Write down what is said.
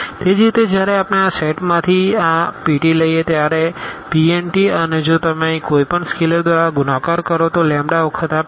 એ જ રીતે જ્યારે આપણે આ સેટમાંથી આpt લઈએ છીએ ત્યારે Pnઅને જો તમે અહીં કોઈપણ સ્કેલેર દ્વારા ગુણાકાર કરો તો લેમ્બડા વખત આ pt